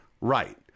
right